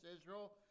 Israel